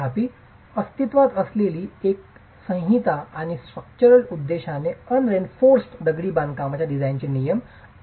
तथापि अस्तित्वात असलेली इतर संहिता आणि स्ट्रक्चरल उद्देशाने अनरेंफोर्सड दगडी बांधकामाच्या डिझाइनचे नियमन IS 1905 आहे